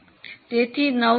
તેથી નવો કલાક 0